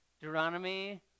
Deuteronomy